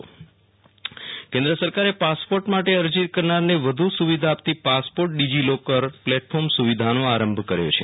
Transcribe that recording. Viral Rana passport DigiLocker કેન્દ્રસરકારે passport માટે અરજી કરનારને વધુ સુવિધા આપતી પાસપોર્ટ ડીજીલોકર પ્લેટફોર્મ સુવિધાનો આરંભકર્યો છે